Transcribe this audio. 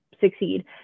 succeed